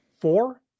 Four